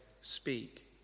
Speak